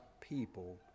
people